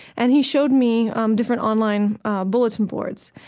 and he showed me um different online bulletin boards,